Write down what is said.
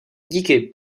díky